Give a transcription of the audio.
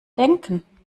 denken